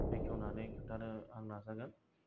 बेखेवनानै खोन्थानो आं नाजागोन